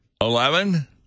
eleven